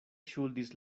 ŝuldis